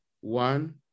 One